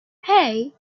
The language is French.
hey